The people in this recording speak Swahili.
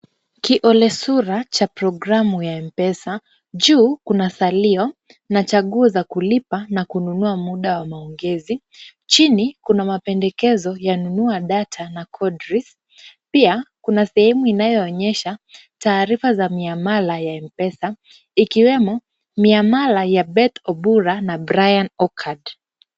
Kiolesura cha programu ya M-Pesa. Juu kuna salio na chaguo za kulipa na kununua muda wa maongezi. Chini kuna mapendekezo ya nunua data na kodri . Pia kuna sehemu inayoonyesha taarifa za miamala ya M-Pesa ikiwemo miamala ya Beth Obura na Brian Okut.